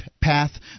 path